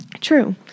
True